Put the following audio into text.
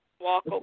walk